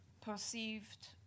perceived